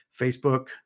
Facebook